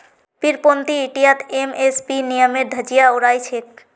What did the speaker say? पीरपैंती हटियात एम.एस.पी नियमेर धज्जियां उड़ाई छेक